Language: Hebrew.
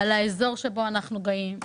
על האזור שבו אנחנו גרים,